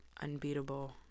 unbeatable